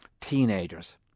teenagers